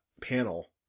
panel